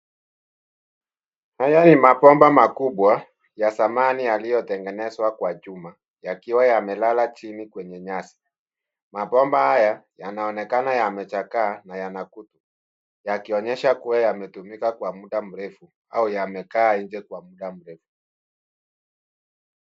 Haya ni mabomba makubwa ya zamani yaliyotengenezwa kwa chuma yakiwa yamelala chini kwenye nyasi. Mabomba haya yanaonekana yamechakaa na kutu yakionyesha kweli yametumika kwa muda mrefu au yamekaa nje kwa muda mrefu.